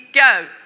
go